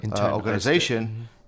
Organization